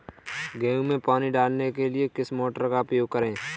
गेहूँ में पानी डालने के लिए किस मोटर का उपयोग करें?